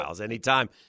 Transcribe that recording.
Anytime